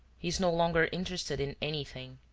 he is no longer interested in anything.